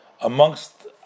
amongst